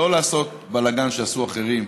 לא לעשות בלגן שעשו אחרים,